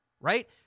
Right